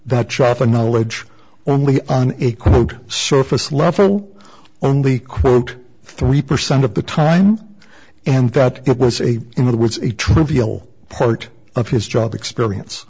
that choppa knowledge only on a quote surface level only quote three percent of the time and that it was a in other words a trivial part of his job experience